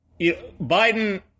Biden